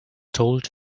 told